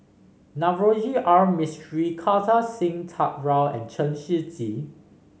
Navroji R Mistri Kartar Singh Thakral and Chen Shiji